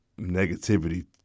negativity